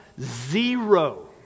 zero